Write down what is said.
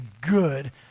good